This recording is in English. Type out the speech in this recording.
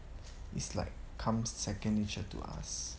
it's like comes second nature to us